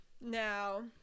Now